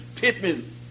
Pittman